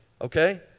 Okay